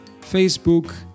Facebook